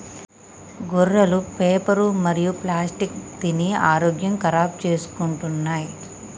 గొర్రెలు పేపరు మరియు ప్లాస్టిక్ తిని ఆరోగ్యం ఖరాబ్ చేసుకుంటున్నయ్